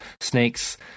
snakes